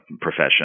profession